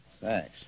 Thanks